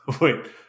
Wait